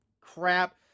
crap